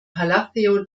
palacio